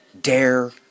Dare